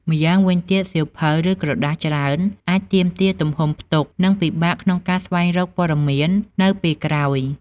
ម្យ៉ាងវិញទៀត សៀវភៅ ឬក្រដាសច្រើនអាច ទាមទារទំហំផ្ទុក និងពិបាកក្នុងការស្វែងរកព័ត៌មាននៅពេលក្រោយ។